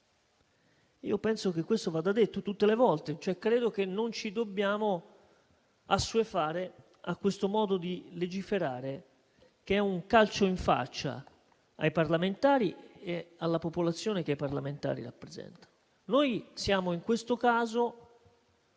Penso che questo vada detto tutte le volte, e cioè credo che non ci dobbiamo assuefare a questo modo di legiferare, che è un calcio in faccia ai parlamentari e alla popolazione che i parlamentari rappresentano.